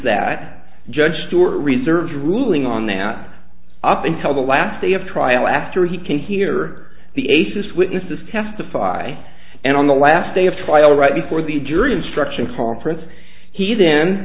that judge store reserves ruling on that up until the last day of trial after he can hear the atheist witnesses testify and on the last day of trial right before the jury instruction conference he then